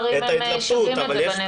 אפשר להחריג כבר את הבריכות ואת חופי הים?